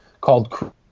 called